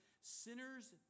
Sinners